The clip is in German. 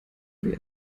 wir